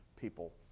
people